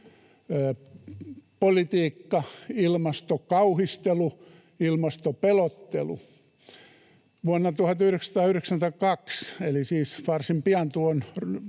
ilmastopolitiikka, ilmastokauhistelu, ilmastopelottelu. Vuonna 1992 eli siis varsin pian